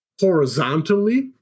horizontally